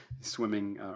swimming